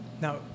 Now